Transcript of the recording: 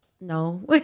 no